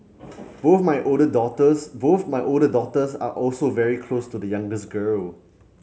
both my older daughters both my older daughters are also very close to the youngest girl